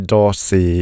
Dorsey